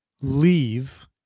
leave